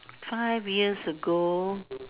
five years ago